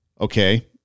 Okay